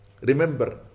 remember